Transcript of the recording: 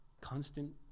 constant